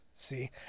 See